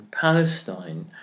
Palestine